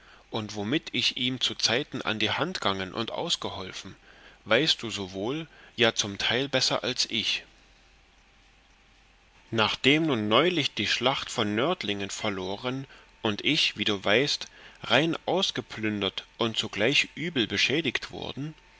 und womit ich ihm zuzeiten an die hand gangen und ausgeholfen weißt du so wohl ja zum teil besser als ich nachdem nun neulich die schlacht vor nördlingen verloren und ich wie du weißt rein ausgeplündert und zugleich übel beschädiget worden